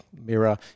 mirror